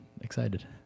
excited